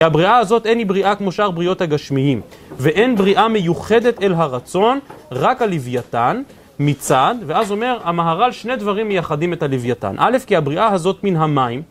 כי הבריאה הזאת, אין היא בריאה כמו שאר בריאות הגשמיים, ואין בריאה מיוחדת אל הרצון, רק הלוויתן, מצד- ואז אומר המהר"ל, שני דברים מייחדים את הלוויתן. אל"ף, כי הבריאה הזאת מן המים